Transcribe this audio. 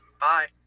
Bye